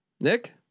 Nick